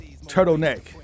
Turtleneck